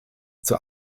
zur